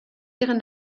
ihren